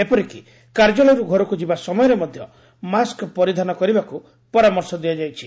ଏପରିକି କାର୍ଯ୍ୟାଳୟରୁ ଘରକୁ ଯିବା ସମୟରେ ମଧ୍ୟ ମାସ୍କ୍ ପରିଧାନ କରିବାକୁ ପରାମର୍ଶ ଦିଆଯାଇଛି